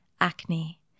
acne